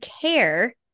care